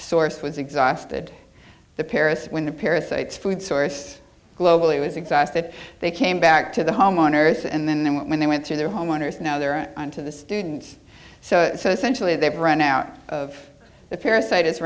source was exhausted the paris when the parasites food source globally was exhausted they came back to the homeowners and then when they went through their homeowners now they're on to the students so so essentially they've run out of the parasite